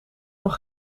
nog